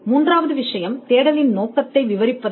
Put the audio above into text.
மூன்றாவது விஷயம் தேடலின் நோக்கத்தை விவரிப்பது